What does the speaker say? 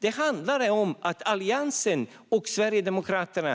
Det handlar om att Alliansen och Sverigedemokraterna